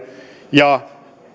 ja